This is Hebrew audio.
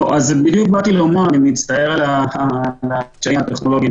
בדיוק באתי לומר אני מצטער על הקשיים הטכנולוגיים